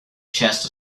chest